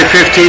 15